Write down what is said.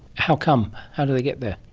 how come, how do they get there?